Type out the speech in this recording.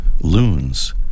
loons